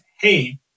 Hey